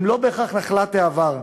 הם לא בהכרח נחלת העבר.